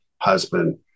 husband